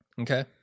Okay